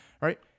right